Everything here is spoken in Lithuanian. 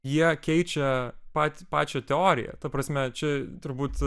jie keičia patį pačią teoriją ta prasme čia turbūt